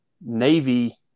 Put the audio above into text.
Navy